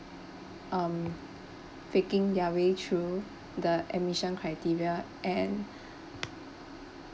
um faking their way through the admissions criteria and